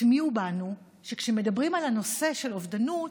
הטמיעו בנו שכשמדברים על הנושא של אובדנות